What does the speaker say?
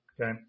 Okay